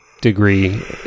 degree